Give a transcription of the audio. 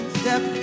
step